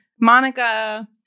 Monica